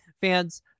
fans